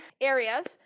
areas